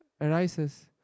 arises